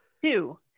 Two